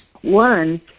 One